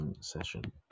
session